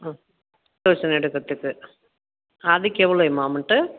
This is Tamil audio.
டியூஷன் எடுக்கிறதுக்கு அதுக்கு எவ்ளோம்மா அமௌண்ட்டு